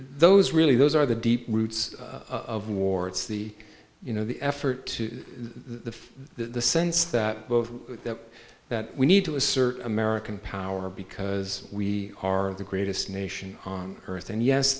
those really those are the deep roots of war it's the you know the effort to the the sense that both that that we need to assert american power because we are the greatest nation on earth and yes